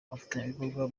abafatanyabikorwa